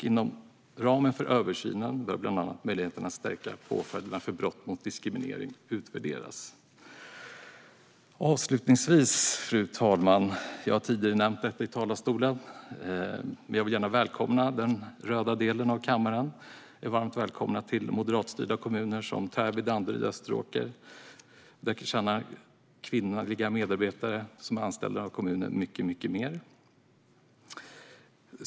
Inom ramen för översynen bör bland annat möjligheten att stärka påföljderna för brott mot diskriminering utvärderas. Avslutningsvis, fru talman: Jag har tidigare nämnt detta i talarstolen, men jag vill varmt välkomna den röda delen av kammaren till moderatstyrda kommuner som Täby, Danderyd och Österåker. Där tjänar kvinnliga medarbetare som är anställda av kommunen mycket mer än män.